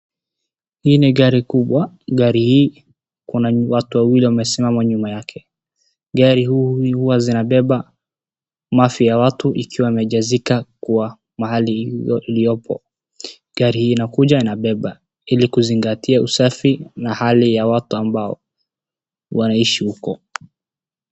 Hii ni gari kubwa, gari hii kuna watu wawili wamesimama nyuma yake. Gari huyu huwa zinabeba mafi ya watu ikiwa imejazika kuwa mahali iliyopo. Gari hii inakuja inabeba ili kuzingatia usafi na hali ya watu ambao wanaishi huko.